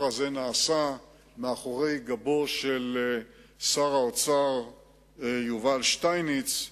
הזה נעשה מאחורי גבו של שר האוצר יובל שטייניץ.